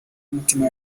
n’umutima